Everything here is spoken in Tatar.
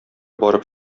барып